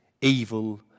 evil